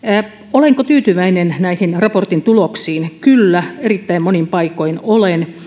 olenko tyytyväinen näihin raportin tuloksiin kyllä erittäin monin paikoin olen